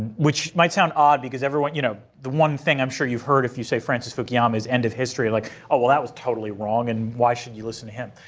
which might sound odd because everyone you know the one thing i'm sure you've heard if you say francis fukuyama is end of history. like well well that was totally wrong and why should you listen to him?